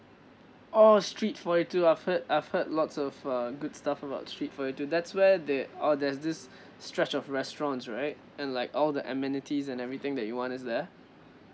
orh street forty two I've heard I've heard lots of uh good stuff about street forty two that's where the oh there's this stretch of restaurants right and like all the amenities and everything that you want is there